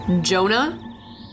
Jonah